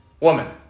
woman